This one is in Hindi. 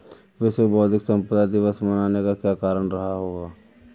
विश्व बौद्धिक संपदा दिवस मनाने का क्या कारण रहा होगा?